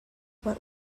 what